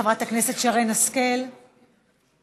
חברת הכנסת שרן השכל מוותרת.